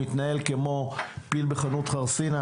מתנהל כמו פיל בחנות חרסינה.